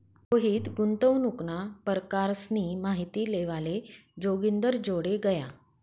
रोहित गुंतवणूकना परकारसनी माहिती लेवाले जोगिंदरजोडे गया